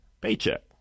paycheck